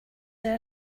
our